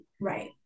right